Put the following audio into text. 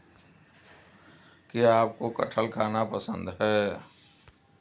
क्या आपको कठहल खाना पसंद है?